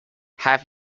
have